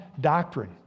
doctrine